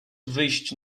wyjść